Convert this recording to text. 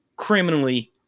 criminally